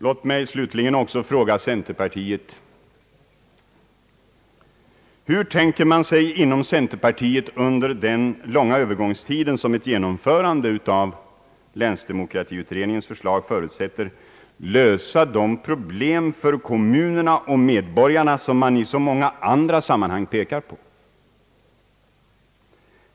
Låt mig slutligen också fråga centerpartiet: Hur tänker man sig inom centerpartiet att under den långa övergångstid, som ett genomförande av länsdemokratiutredningens förslag förutsätter, lösa de problem för kommunerna och medborgarna som man i så många andra sammanhang pekar på?